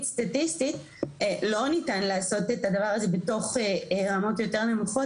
סטטיסטית לא ניתן לעשות את הדבר הזה בתוך רמות יותר נמוכות,